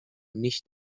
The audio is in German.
nicht